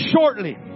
shortly